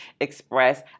express